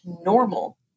normal